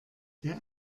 der